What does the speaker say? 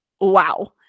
wow